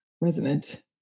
resonant